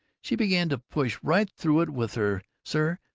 she began to push right through it with her sir,